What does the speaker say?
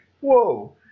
whoa